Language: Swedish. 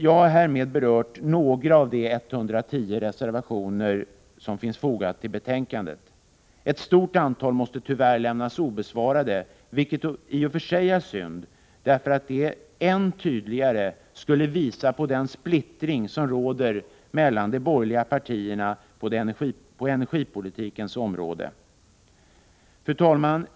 Jag har härmed berört några av de 110 reservationer som finns fogade till näringsutskottets betänkande 30. Ett stort antal av dessa reservationer måste tyvärr lämnas utan kommentar, vilket i och för sig är synd — annars hade det ännu tydligare framgått vilken splittring som råder bland de borgerliga partierna på energipolitikens område. Fru talman!